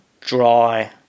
dry